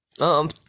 Um-